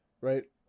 right